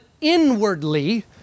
inwardly